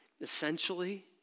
Essentially